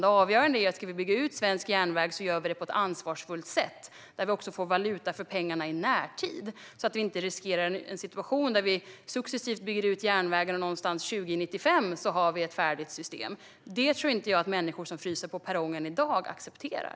Det avgörande om vi ska bygga ut svensk järnväg är att vi gör det på ett ansvarsfullt sätt som ger oss valuta för pengarna i närtid så att vi inte riskerar att hamna i en situation där vi successivt bygger ut järnvägen och har ett färdigt system någonstans runt 2095. Det tror inte jag att människor som fryser på perronger i dag accepterar.